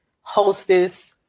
hostess